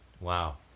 Wow